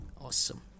awesome